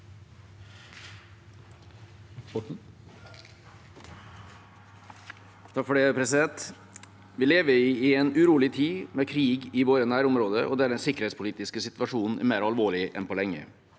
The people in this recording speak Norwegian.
Orten (H) Vi lever i en urolig tid, med krig i våre nærområder, og den sikkerhetspolitiske situasjonen er mer alvorlig enn på lenge.